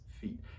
feet